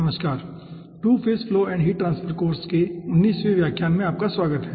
नमस्कार two phase flow and heat transfer course के 19वें व्याख्यान में आपका स्वागत है